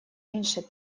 меньше